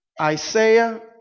Isaiah